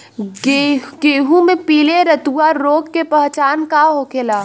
गेहूँ में पिले रतुआ रोग के पहचान का होखेला?